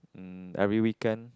mm every weekend